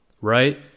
right